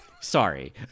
Sorry